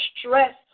stress